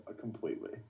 completely